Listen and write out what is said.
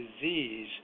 disease